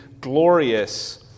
glorious